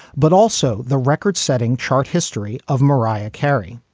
but also the record setting chart history of mariah carey.